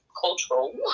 cultural